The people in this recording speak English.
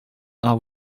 are